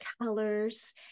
colors